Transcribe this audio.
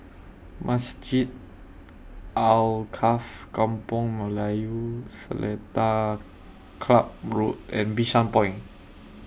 Masjid Alkaff Kampung Melayu Seletar Club Road and Bishan Point